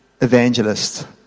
evangelist